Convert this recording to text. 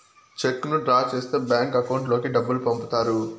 చెక్కును డ్రా చేస్తే bank account లోకి డబ్బులు పంపుతారు